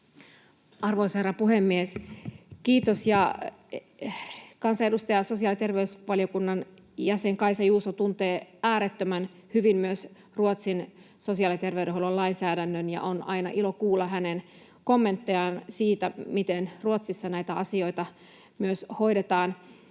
Arvoisa herra puhemies! Kiitos. — Kansanedustaja ja sosiaali- ja terveysvaliokunnan jäsen Kaisa Juuso tuntee äärettömän hyvin myös Ruotsin sosiaali- ja terveydenhuollon lainsäädännön, ja on aina ilo kuulla hänen kommenttejaan siitä, miten Ruotsissa näitä asioita myös hoidetaan.